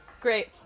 Great